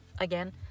again